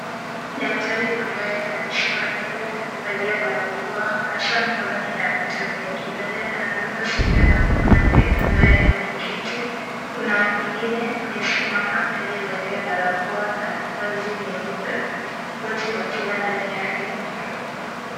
Daktari ambaye amesuka nywele, amevalia barakoa , ana saa mkononi na pete kwenye kidole anamdunga sindano mwanamke ambaye ameketi. Kuna mwingine amesimama aliyevalia barakoa na vazi jeupe wote wakiwa ndani ya hema.